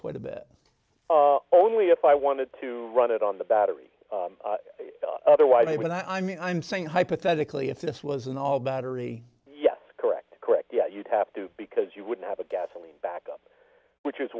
quite a bit only if i wanted to run it on the battery otherwise i would i mean i'm saying hypothetically if this was an all battery yes correct correct yeah you'd have to because you wouldn't have a gasoline backup which is